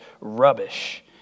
rubbish